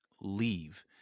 leave